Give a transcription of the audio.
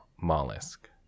mollusk